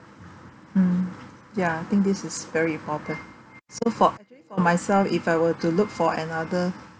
mm ya I think this is very important so for by the way for myself if I were to look for another